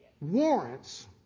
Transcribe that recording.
warrants